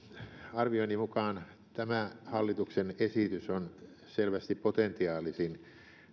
arvioni mukaan tämä hallituksen esitys on selvästi potentiaalisin